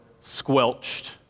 squelched